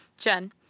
Jen